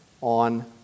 on